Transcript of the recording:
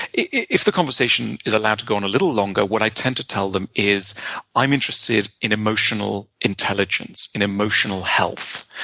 if the conversation is allowed to go on a little longer, what i tend to tell them is i'm interested in emotional intelligence, in emotional health.